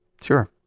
Sure